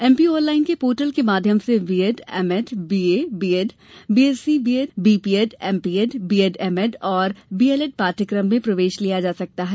MP online के portal के माध्यम से BEd MEd BA BEd BSc BEd BPEd MPEd BEd MEd और बीएलएड पाठ्यक्रम में प्रवेश लिया जा सकता है